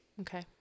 okay